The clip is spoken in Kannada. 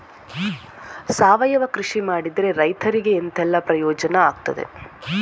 ಸಾವಯವ ಕೃಷಿ ಮಾಡಿದ್ರೆ ರೈತರಿಗೆ ಎಂತೆಲ್ಲ ಪ್ರಯೋಜನ ಆಗ್ತದೆ?